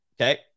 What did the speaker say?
Okay